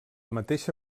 mateixa